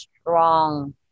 strong